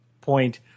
point